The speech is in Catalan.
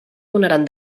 donaran